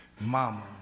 Mama